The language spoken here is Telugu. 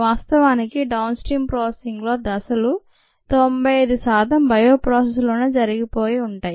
వాస్తవానికి డౌన్ స్ట్రీమ్ ప్రాసెసింగ్ లో దశలు 95 శాతం బయో ప్రాసెస్ లోనే జరిగిపోయి ఉంటాయి